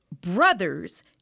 brothers